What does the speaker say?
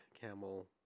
camel